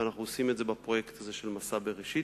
ואנחנו עושים את זה בפרויקט של "מסע בראשית",